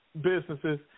businesses